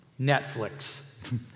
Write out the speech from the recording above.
Netflix